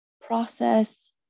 process